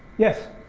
yes.